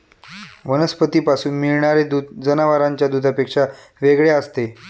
वनस्पतींपासून मिळणारे दूध जनावरांच्या दुधापेक्षा वेगळे असते